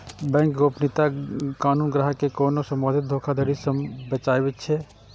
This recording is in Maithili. बैंक गोपनीयता कानून ग्राहक कें कोनो संभावित धोखाधड़ी सं बचाबै छै